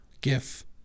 Gif